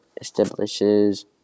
establishes